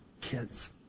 Kids